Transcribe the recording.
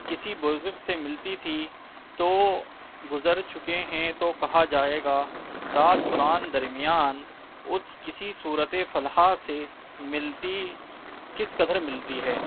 کسی بزرگ سے ملتی تھی تو گزر چکے ہیں تو کہا جائے گا سات قرآن درمیان اس کسی صورت فلاح سے ملتی کس قدر ملتی ہے